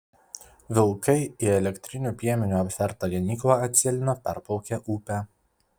vilkai į elektriniu piemeniu aptvertą ganyklą atsėlino perplaukę upę